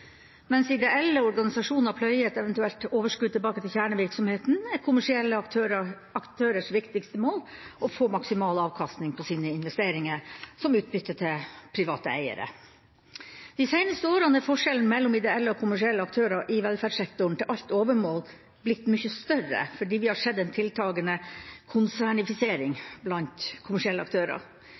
Mens ideelle organisasjoner pløyer et eventuelt overskudd tilbake til kjernevirksomheten, er kommersielle aktørers viktigste mål å få maksimal avkastning på sine investeringer, som utbytte til private eiere. De seineste årene er forskjellen mellom ideelle og kommersielle aktører i velferdssektoren til alt overmål blitt mye større, fordi vi har sett en tiltakende konsernifisering blant kommersielle aktører.